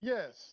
Yes